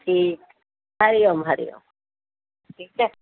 ठीकु हरि ओम हरि ओम ठीकु आहे